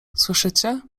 słyszycie